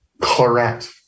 Claret